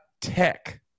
Tech